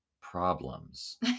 problems